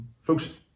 Folks